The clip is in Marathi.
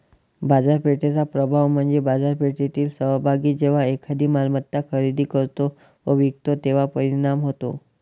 बाजारपेठेचा प्रभाव म्हणजे बाजारपेठेतील सहभागी जेव्हा एखादी मालमत्ता खरेदी करतो व विकतो तेव्हा परिणाम होतो